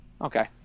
Okay